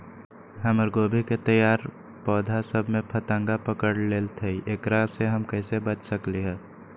हमर गोभी के तैयार पौधा सब में फतंगा पकड़ लेई थई एकरा से हम कईसे बच सकली है?